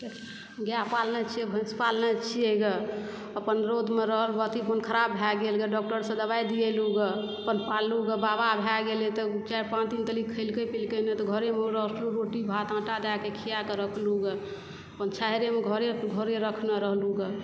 गाए पालने छिऐ भैंस पालने छियै गऽ अपन रौदमे रहल अपन मन खराब भए गेल गऽ डॉक्टरसँ दवाइ दिलहुँ गऽ अपन पाललु गऽ बाबा भए गेलै तऽ चारि पांँच दिन तलिक खेलकै पीलकै नहि तऽ घरेमे राखलहुँ रोटी भात आटा दए कऽ खिआए कऽ रखलू गऽ अपन छाहरिमे घरे घरे रखनऽ रखलू गऽ